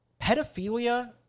pedophilia